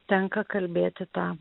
tenka kalbėti ta